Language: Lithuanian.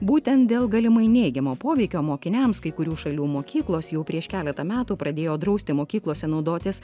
būtent dėl galimai neigiamo poveikio mokiniams kai kurių šalių mokyklos jau prieš keletą metų pradėjo drausti mokyklose naudotis